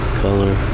color